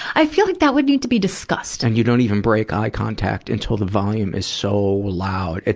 i feel like that would need to be discussed. and you don't even break eye contact until the volume is so loud,